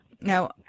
Now